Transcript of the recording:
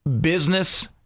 business